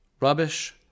Rubbish